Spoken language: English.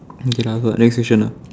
okay lah got next question lah